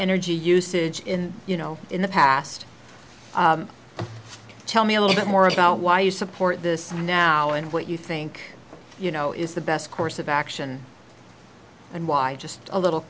energy usage in you know in the past tell me a little bit more about why you support this now and what you think you know is the best course of action and why i just a little